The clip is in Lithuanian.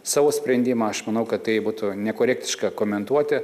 savo sprendimą aš manau kad tai būtų nekorektiška komentuoti